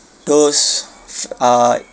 those f~ uh